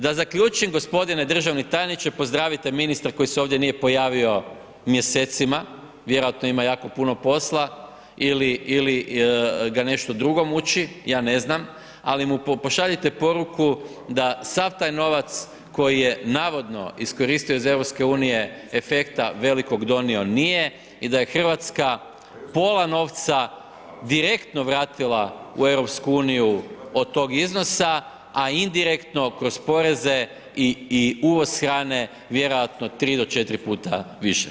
Da zaključim gospodine državni tajniče, pozdravite ministra koji se ovdje nije pojavio mjesecima, vjerojatno ima jako puno posla ili ga nešto drugo muči, ja ne znam, ali mu pošaljite poruku, da sav taj novac, koji je navodno iskoristio iz EU, efekta, velikog donio nije i da je Hrvatska pola novca, direktno vratila u EU od tog iznosa, a indirektno kroz poreze i uvoz hrane, vjerojatno 3-4 puta više.